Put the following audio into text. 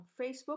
Facebook